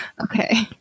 Okay